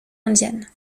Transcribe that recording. indienne